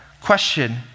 question